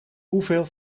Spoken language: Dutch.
hoeveel